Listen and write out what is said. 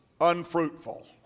unfruitful